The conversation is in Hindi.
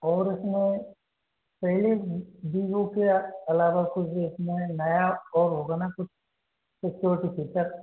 और इसमें सही वीवो के अलावा कुछ इसमें नया और होगा ना कुछ सिक्योरिटी फीचर